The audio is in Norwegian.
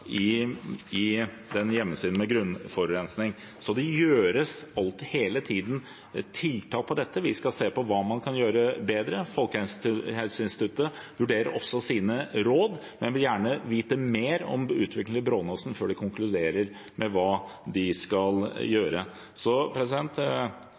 så det gjøres hele tiden tiltak på dette området. Vi skal se på hva man kan gjøre bedre. Folkehelseinstituttet vurderer også sine råd, men vil gjerne vite mer om utviklingen på Brånåsen før de konkluderer med hva de skal